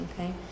okay